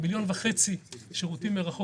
יש 1.5 מיליון שירותים שנעשו